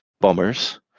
bombers